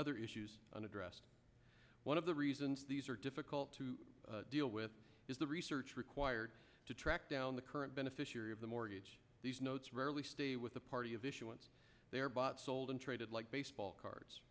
other issues unaddressed one of the reasons these are difficult to deal with is the research required to track down the current beneficiary of the mortgage these notes rarely stay with the party of issuance they are bought sold and traded like baseball cards